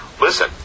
listen